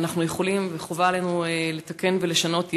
ואנחנו יכולים וחובה עלינו לתקן ולשנות,